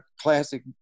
classic